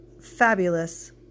fabulous